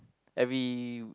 every